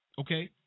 Okay